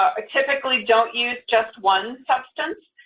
ah typically don't use just one substance.